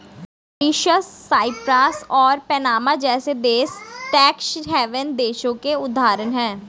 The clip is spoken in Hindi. मॉरीशस, साइप्रस और पनामा जैसे देश टैक्स हैवन देशों के उदाहरण है